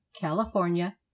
California